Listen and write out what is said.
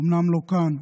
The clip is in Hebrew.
אומנם לא כאן,